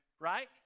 right